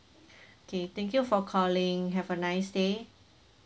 okay thank you for calling have a nice day